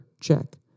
check